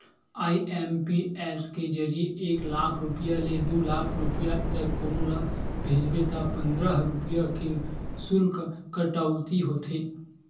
IMPS के जरिए एक लाख रूपिया ले दू लाख रूपिया तक कोनो ल भेजबे त पंद्रह रूपिया के सुल्क कटउती होथे